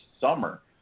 summer